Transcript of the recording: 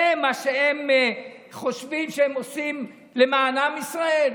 זה מה שהם חושבים שהם עושים למען עם ישראל,